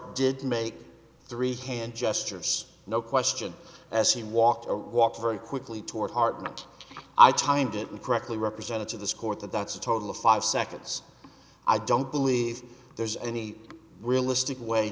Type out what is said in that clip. did make three hand gestures no question as he walked a walk very quickly toward hartmut i timed it correctly represented to this court that that's a total of five seconds i don't believe there's any realistic way